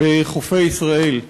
בחופי ישראל.